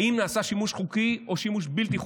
האם נעשה שימוש חוקי או שימוש בלתי חוקי?